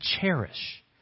cherish